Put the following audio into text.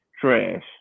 trash